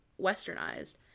westernized